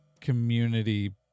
community